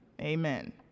Amen